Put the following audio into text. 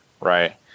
Right